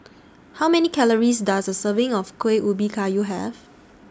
How Many Calories Does A Serving of Kuih Ubi Kayu Have